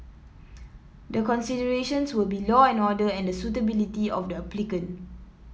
the considerations will be law and order and the suitability of the applicant